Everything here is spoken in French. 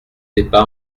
débat